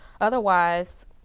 Otherwise